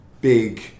big